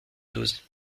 douze